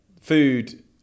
food